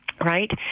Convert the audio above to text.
Right